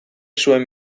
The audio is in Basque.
zuen